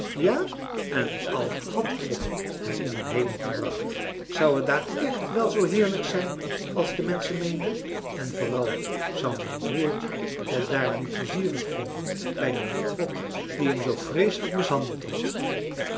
ja en al had god hem in den hemel gebracht zou het daar echt wel zoo heerlijk zijn als de menschen meenden en vooral zou mijn broertje het daar nu pleizierig vinden bij dien god die hem zoo vreeslijk mishandeld had